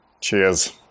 Cheers